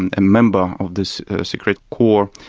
and a member of this secret corps,